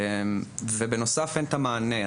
ובנוסף, אין את המענה.